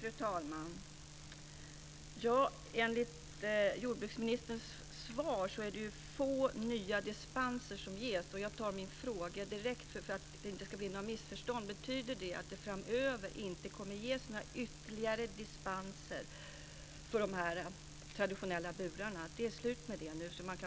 Fru talman! Enligt jordbruksministerns svar är det få nya dispenser som ges. Och jag ska ställa min fråga direkt så att det inte blir några missförstånd. Betyder det att det framöver inte kommer att ges några ytterligare dispenser för dessa traditionella burar? Är det slut med det nu, så att man